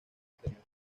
exterior